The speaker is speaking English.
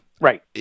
right